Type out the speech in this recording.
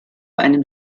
einem